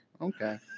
Okay